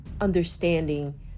understanding